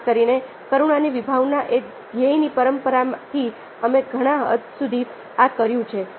ખાસ કરીને કરુણાની વિભાવના એ ધ્યેયની પરંપરાથી અમે ઘણી હદ સુધી આ કર્યું છે